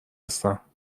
هستم